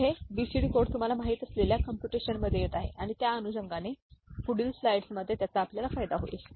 तर हे BCD code तुम्हाला माहित असलेल्या कंप्यूटेशनमध्ये येत आहे आणि त्या अनुषंगाने पुढील स्लाइड्समध्ये त्याचा आपल्याला फायदा होईल